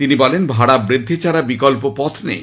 তিনি বলেন ভাড়া বৃদ্ধি ছাড়া বিকল্প পথ নেই